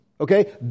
Okay